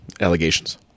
allegations